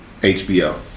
HBO